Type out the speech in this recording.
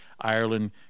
Ireland